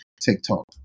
TikTok